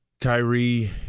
Kyrie